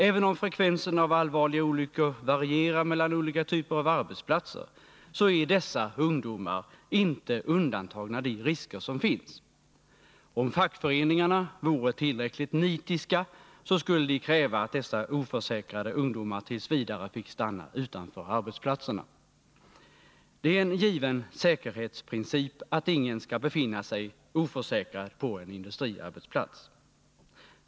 Även om frekvensen av allvarliga olyckor varierar mellan olika typer av arbetsplatser är dessa ungdomar inte undantagna de risker som finns. Om fackföreningarna vore tillräckligt nitiska skulle de kräva att dessa oförsäkrade ungdomar t. v. fick stanna utanför arbetsplatserna. Det är en given säkerhetsprincip att ingen skall befinna sig oförsäkrad på en industriarbetsplats.